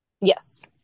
yes